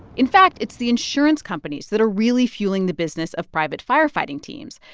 in fact, it's the insurance companies that are really fueling the business of private firefighting teams.